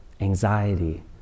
anxiety